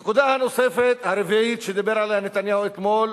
הנקודה הנוספת, הרביעית, שדיבר עליה נתניהו אתמול,